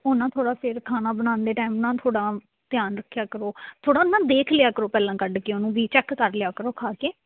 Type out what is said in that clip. ਉਹ ਨਾ ਥੋੜ੍ਹਾ ਸਵੇਰ ਖਾਣਾ ਬਣਾਉਂਦੇ ਟੈਮ ਨਾ ਥੋੜ੍ਹਾ ਧਿਆਨ ਰੱਖਿਆ ਕਰੋ ਥੋੜ੍ਹਾ ਨਾ ਦੇਖ ਲਿਆ ਕਰੋ ਪਹਿਲਾਂ ਕੱਢ ਕੇ ਉਹਨੂੰ ਵੀ ਚੈੱਕ ਕਰ ਲਿਆ ਕਰੋ ਖਾ ਕੇ